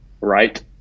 Right